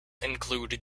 include